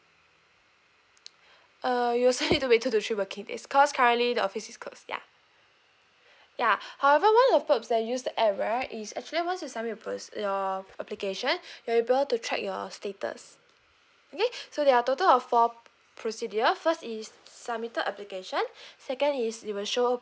uh you also need to wait two to three working days cause currently the office is closed ya ya however one of perks that use the app right is actually once you submit your per~ your application you are able to track your status okay so there are total of four procedure first is submitted application second is it will show